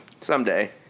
Someday